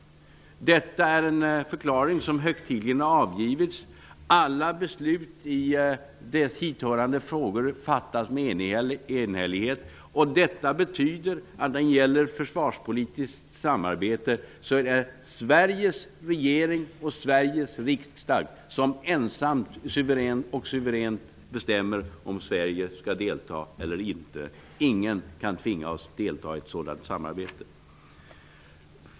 Detta är en förklaring som högtidligen har avgivits. Alla beslut i hithörande frågor kräver enhällighet. Det betyder när det gäller försvarspolitiskt samarbete att Sveriges regering och Sveriges riksdag suveränt bestämmer huruvida Sverige skall delta. Ingen kan tvinga oss att delta i ett sådant samarbete.